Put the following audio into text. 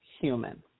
human